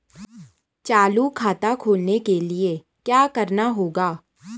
चालू खाता खोलने के लिए क्या करना होगा?